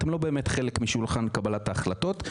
אתם לא באמת חלק משולחן קבלת ההחלטות,